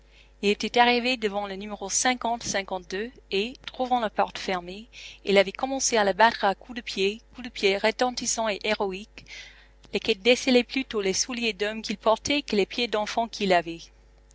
il était arrivé devant le numéro et trouvant la porte fermée il avait commencé à la battre à coups de pied coups de pied retentissants et héroïques lesquels décelaient plutôt les souliers d'homme qu'il portait que les pieds d'enfant qu'il avait